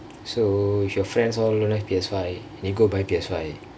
so if your friends all don't have P_S five and you go buy P_S five